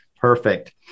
Perfect